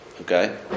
okay